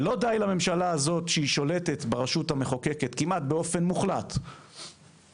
ולא די לממשלה הזו שהיא שולטת ברשות המחוקקת כמעט באופן מוחלט לחלוטין,